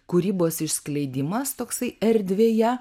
kūrybos išskleidimas toksai erdvėje